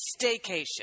staycation